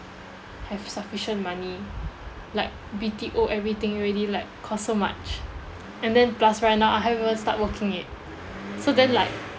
have sufficient money like B_T_O everything already like cost so much and then plus right now I haven't even start working yet so then like